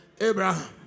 Abraham